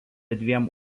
dviem